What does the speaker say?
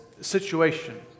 situation